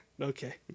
Okay